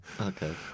Okay